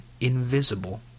invisible